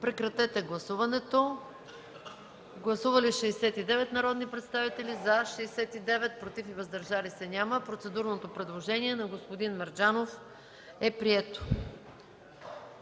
ред. Моля, гласувайте Гласували 69 народни представители: за 69, против и въздържали се няма. Процедурното предложение на господин Мерджанов е прието.